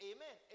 Amen